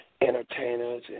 entertainers